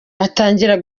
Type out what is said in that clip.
atangira